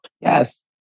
Yes